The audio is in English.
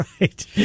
right